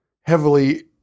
heavily